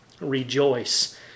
Rejoice